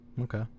Okay